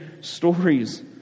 stories